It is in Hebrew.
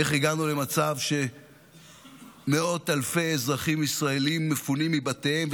איך הגענו למצב שמאות אלפי אזרחים ישראלים מפונים מבתיהם,